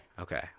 Okay